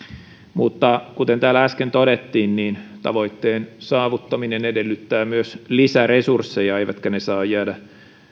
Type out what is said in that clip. mutta kuten täällä äsken todettiin tavoitteen saavuttaminen edellyttää myös lisäresursseja eivätkä ne saa jäädä